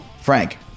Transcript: Frank